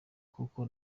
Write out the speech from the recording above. kuko